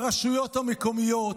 ברשויות המקומיות,